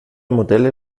modelle